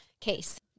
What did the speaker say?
case